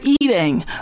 eating